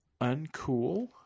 Uncool